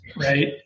right